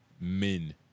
men